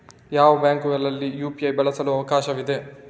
ಯಾವ ಬ್ಯಾಂಕುಗಳಲ್ಲಿ ಯು.ಪಿ.ಐ ಬಳಸಲು ಅವಕಾಶವಿದೆ?